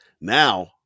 Now